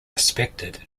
respected